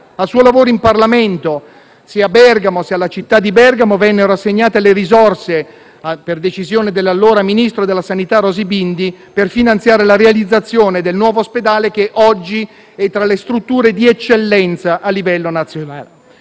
al suo lavoro in Parlamento se alla città di Bergamo vennero assegnate le risorse, per decisione dell'allora ministro della sanità Rosy Bindi, per finanziare la realizzazione del nuovo ospedale, che oggi è tra le strutture di eccellenza a livello nazionale.